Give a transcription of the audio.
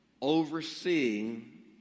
overseeing